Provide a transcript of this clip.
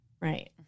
Right